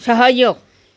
सहयोग